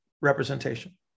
representation